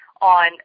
on